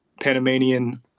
Panamanian